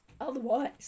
otherwise